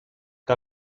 que